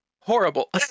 horrible